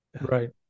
right